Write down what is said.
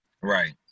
Right